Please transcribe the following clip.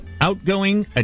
outgoing